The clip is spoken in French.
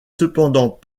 cependant